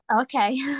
Okay